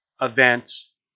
events